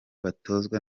batozwa